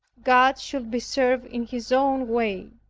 god should be served in his own way.